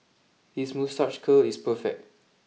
his moustache curl is perfect